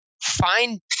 find